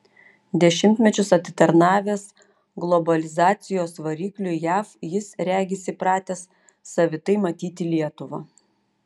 dešimtmečius atitarnavęs globalizacijos varikliui jav jis regis įpratęs savitai matyti lietuvą